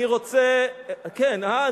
תשאל את הדרוזים, כן, הא.